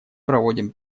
проводим